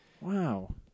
Wow